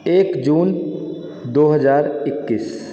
एक जून दू हजार एकैस